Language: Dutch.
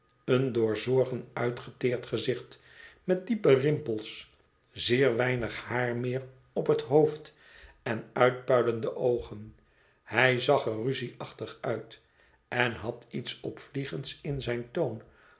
een door zorgen uitgeteerd gezicht met diepe rimpels zeer weinig haar meer op het hoofd en uitpuilende oogen hij zag er ruzieachtig uit en had iets opvliegends in zijn toon